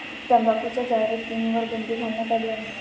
तंबाखूच्या जाहिरातींवर बंदी घालण्यात आली आहे